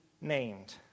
named